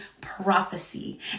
prophecy